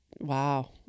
Wow